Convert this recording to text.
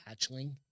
hatchling